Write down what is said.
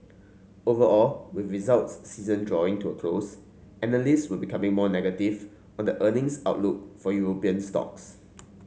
overall with results season drawing to a close analyst were becoming more negative on the earnings outlook for European stocks